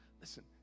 Listen